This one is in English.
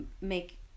make